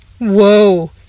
Whoa